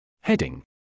Heading